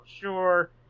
sure